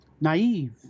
naive